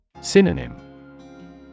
Synonym